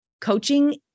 coaching